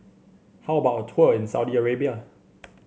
how about a tour in Saudi Arabia